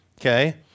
okay